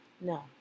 no